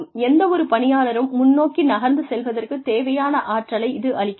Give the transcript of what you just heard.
எந்தவொரு பணியாளரும் முன்னோக்கி நகர்ந்து செல்வதற்கு தேவையான ஆற்றலை இது அளிக்கிறது